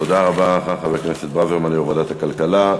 תודה רבה, חבר הכנסת ברוורמן, יו"ר ועדת הכלכלה.